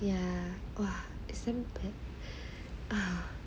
ya it's damn bad